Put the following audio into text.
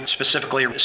specifically